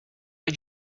are